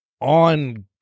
on